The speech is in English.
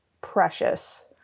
precious